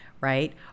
right